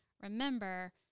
remember